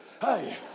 Hey